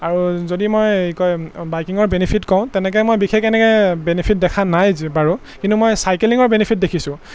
আৰু যদি মই কৈ বাইকিঙৰ বেনিফিট কওঁ তেনেকৈ মই বিশেষ এনে বেনিফিট দেখা নাই বাৰু কিন্তু মই চাইকেলিঙৰ বেনিফিট দেখিছোঁ